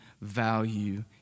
value